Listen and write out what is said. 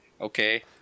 Okay